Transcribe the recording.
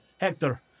Hector